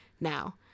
now